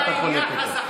מה אתה חונק אותו?